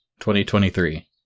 2023